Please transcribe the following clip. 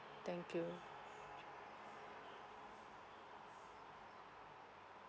thank you